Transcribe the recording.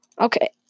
Okay